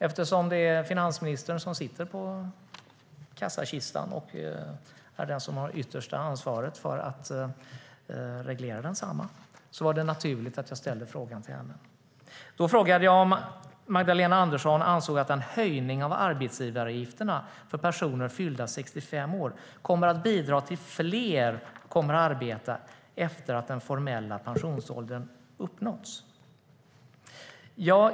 Eftersom det är finansministern som sitter på kassakistan och är den som har yttersta ansvaret för att reglera densamma var det naturligt att jag ställde frågan till henne. Jag frågade om Magdalena Andersson ansåg att en höjning av arbetsgivaravgifterna för personer fyllda 65 år kommer att bidra till att fler kommer att arbeta efter att den formella pensionsåldern uppnåtts.